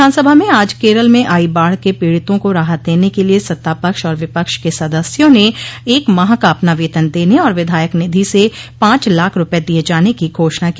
विधानसभा में आज केरल में आई बाढ़ के पीड़ितों को राहत देने के लिए सत्तापक्ष और विपक्ष के सदस्यों ने एक माह का अपना वेतन देने और विधायक निधि से पांच लाख रूपये दिये जाने की घोषणा की